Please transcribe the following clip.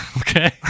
okay